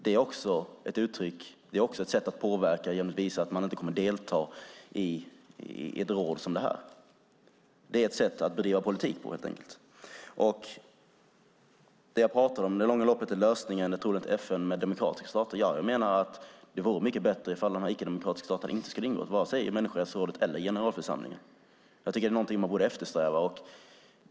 Det är också ett sätt att påverka att inte delta i ett råd som detta. Det är ett sätt att bedriva politik på helt enkelt. Det jag pratar om som en lösning i det långa loppet är ett FN med demokratiska stater. Jag menar att det vore mycket bättre ifall de icke-demokratiska staterna inte skulle ingå i vare sig människorättsrådet eller generalförsamlingen. Jag tycker att det är någonting man borde eftersträva.